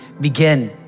begin